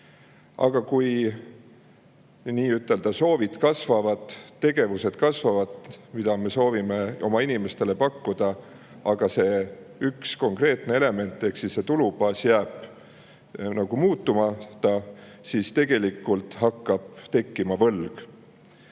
Aga kui nii-ütelda soovid kasvavad, need tegevused kasvavad, mida me soovime oma inimestele pakkuda, ent see üks konkreetne element ehk siis tulubaas ei muutu, siis tegelikult hakkab tekkima võlg.